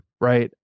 Right